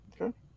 Okay